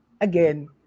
again